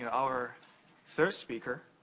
and our third speaker,